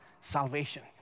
salvation